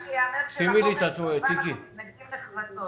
רק שייאמר שלחוק הזה כמובן אנחנו מתנגדים נחרצות.